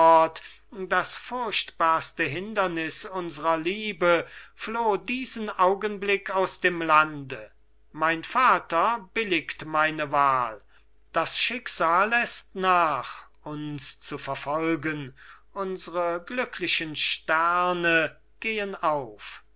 das furchtbarste hindernis unsrer liebe floh diesen augenblick aus dem lande mein vater billigt meine wahl das schicksal läßt nach uns zu verfolgen unsere glücklichen sterne gehen auf ich